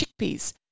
chickpeas